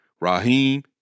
Raheem